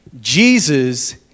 Jesus